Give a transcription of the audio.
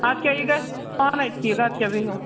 اَدٕ کیٛاہ یہِ گژھِ پانے ٹھیٖک اَدٕ کیٛاہ بِہو